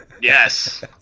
Yes